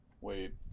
Wait